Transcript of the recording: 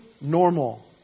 normal